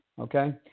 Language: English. Okay